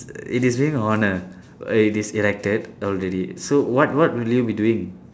it is being honoured but it is erected already so what what will you be doing